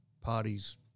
parties